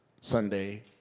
Sunday